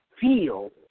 feel